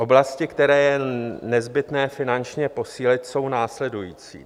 Oblasti, které je nezbytné finančně posílit, jsou následující.